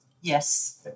Yes